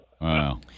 Wow